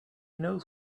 knows